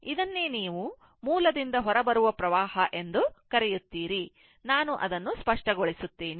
ಇದನ್ನೇ ನೀವು ಮೂಲದಿಂದ ಹೊರಬರುವ ವಿದ್ಯುತ್ ಹರಿವು ಎಂದು ಕರೆಯುತ್ತೀರಿ ನಾನು ಅದನ್ನು ಸ್ಪಷ್ಟಗೊಳಿಸುತ್ತೇನೆ